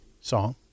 Song